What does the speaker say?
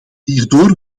hierdoor